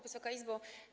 Wysoka Izbo!